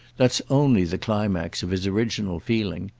that's only the climax of his original feeling.